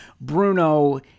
Bruno